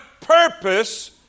purpose